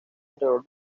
alrededor